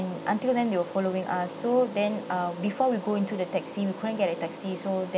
until then they were following us so then uh before we go into the taxi we couldn't get a taxi so then